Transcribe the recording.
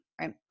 right